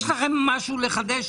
יש לכם משהו לחדש?